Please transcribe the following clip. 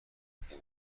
گرفتیم